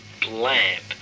bland